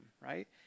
right